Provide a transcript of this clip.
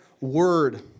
word